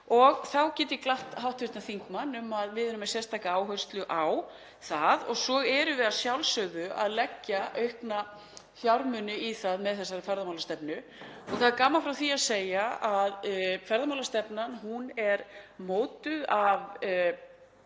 Þá get ég glatt hv. þingmann með því að við erum með sérstaka áherslu á það og svo erum við að sjálfsögðu að leggja aukna fjármuni í það með þessari ferðamálastefnu. Það er gaman frá því að segja að ferðamálastefnan er mótuð af